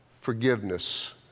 forgiveness